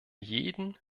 jeden